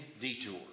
detour